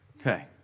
Okay